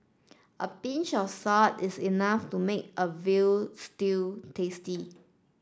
a pinch of salt is enough to make a veal stew tasty